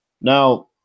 Now